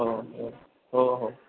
हो हो हो हो